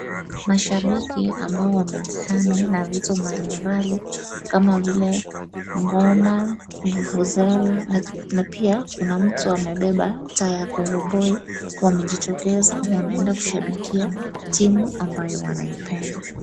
Mashambiki ambao wamejiami na vitu mbalimbali kama vile goma, vuvuzela na pia kuna mtu amebeba taa ya koroboi wamejitokeza wanaeda kushambikia timu ambayo wanaipenda.